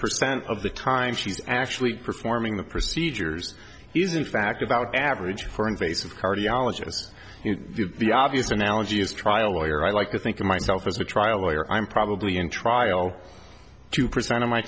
percent of the time she's actually performing the procedures he's in back about average for invasive cardiologists the obvious analogy is trial lawyer i like to think of myself as a trial lawyer i'm probably in trial two percent of my